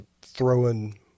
throwing